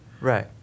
Right